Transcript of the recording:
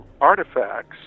artifacts